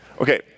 Okay